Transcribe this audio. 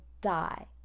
die